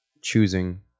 choosing